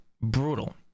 brutal